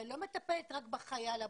אבל היא לא מטפלת רק בחייל הבודד,